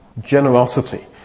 generosity